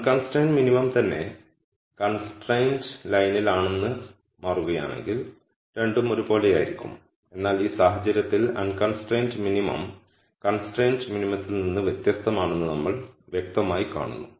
unconstrained minimum തന്നെ constraint ലൈനിൽ ആണെന്ന് മാറുകയാണെങ്കിൽ രണ്ടും ഒരുപോലെയായിരിക്കും എന്നാൽ ഈ സാഹചര്യത്തിൽ അൺകൺസ്ട്രൈൻഡ് മിനിമം കൺസ്ട്രൈൻഡ് മിനിമത്തിൽ നിന്ന് വ്യത്യസ്തമാണെന്ന് നമ്മൾ വ്യക്തമായി കാണുന്നു